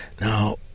Now